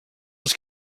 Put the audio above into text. els